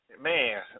Man